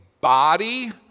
body